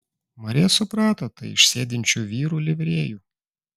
marija suprato tai iš sėdinčių vyrų livrėjų